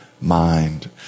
mind